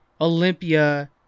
Olympia